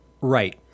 Right